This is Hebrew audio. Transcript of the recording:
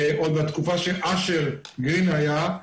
עוד מהתקופה שאשר גרין היה,